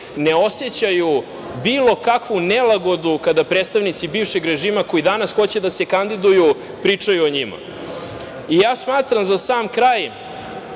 ne osećaju bilo kakvu nelagodu kada predstavnici bivšeg režima koji danas hoće da se kandiduju pričaju o njima. Smatram, za sam kraj,